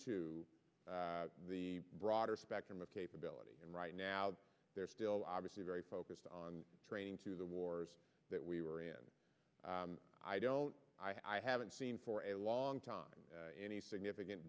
to the broader spectrum of capability and right now they're still obviously very focused on training to the wars that we were in i don't i haven't seen for a long time any significant